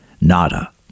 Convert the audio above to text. Nada